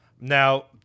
Now